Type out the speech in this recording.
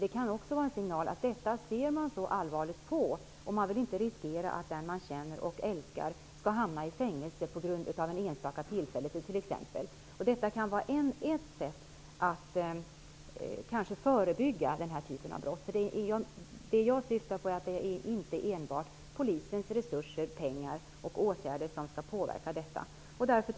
Det kan också vara en signal om vi säger att samhället ser mycket allvarligt på detta. Då vill man inte riskera att den man känner och älskar skall hamna i fängelse på grund av en enstaka händelse. Detta kan vara ett sätt att kanske förebygga den här typen av brott. Det jag syftar på är att det inte enbart är polisens resurser och åtgärder som skall påverka i det här sammanhanget.